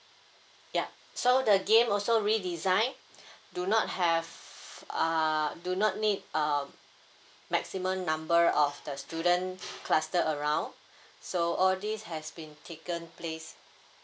ya so the game also redesign do not have uh do not need a maximum number of the student cluster around so all this has been taken place